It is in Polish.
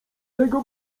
tego